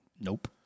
Nope